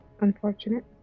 unfortunate